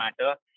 matter